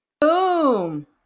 Boom